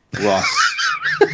ross